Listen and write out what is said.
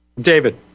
David